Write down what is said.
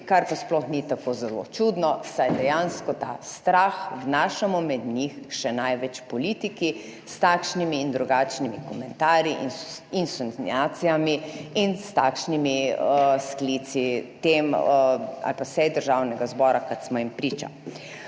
kar pa sploh ni tako zelo čudno, saj dejansko ta strah vnašamo med njih še največ politiki s takšnimi in drugačnimi komentarji, insinuacijami in s takšnimi sklici tem ali pa sej Državnega zbora, kot smo jim priča.